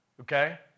Okay